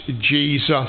Jesus